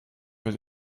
wird